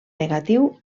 negatiu